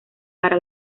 para